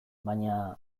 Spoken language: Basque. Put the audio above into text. baina